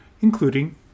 including